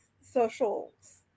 socials